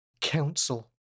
council